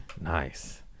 Nice